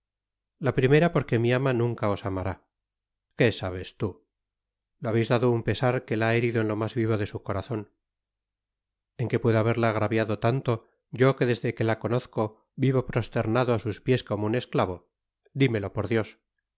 la primera porque mi ama nunca os amará qué sabes tú la habeis dado un pesar que la ha herido en lo mas vivo de su corazon en que puedo haberla agraviado tanto yo que desde que la conozco vivo prosternado á sus piés como un esclavo dimelo por dios